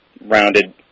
rounded